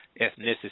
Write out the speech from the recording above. ethnicity